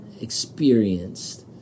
experienced